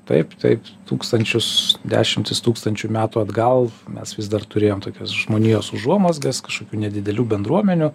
taip taip tūkstančius dešimtis tūkstančių metų atgal mes vis dar turėjom tokias žmonijos užuomazgas kažkokių nedidelių bendruomenių